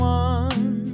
one